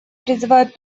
призывают